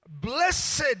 Blessed